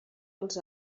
els